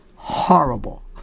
horrible